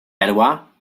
perła